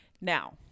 now